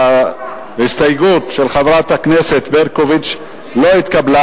ההסתייגות של חברת הכנסת ברקוביץ לא התקבלה.